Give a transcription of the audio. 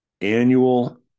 annual